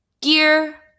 gear